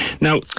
Now